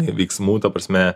veiksmų ta prasme